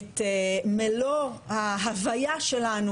את מלוא ההוויה שלנו,